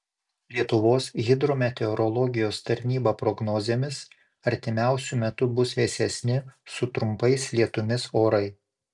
lietuvos hidrometeorologijos tarnyba prognozėmis artimiausiu metu bus vėsesni su trumpais lietumis orai